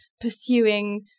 pursuing